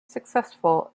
successful